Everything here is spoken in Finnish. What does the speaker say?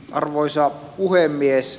arvoisa puhemies